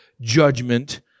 judgment